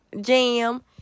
jam